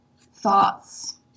thoughts